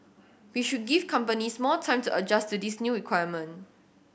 we should give companies more time to adjust to this new requirement